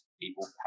people